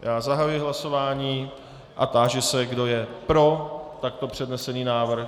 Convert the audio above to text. Já zahajuji hlasování a táži se, kdo je pro takto přednesený návrh.